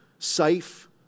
Safe